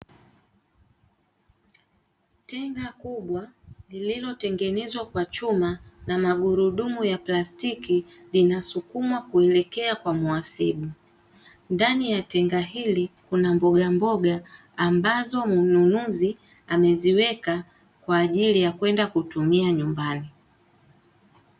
Tenga kubwa lililotengenezwa kwa chuma na magurudumu ya plastiki linasukumwa kuelekea kwa mhasibu, ndani ya tenga hili kuna mbogamboga ambazo mnunuzi ameziweka kwa ajili ya kwenda kutumia nyumbani.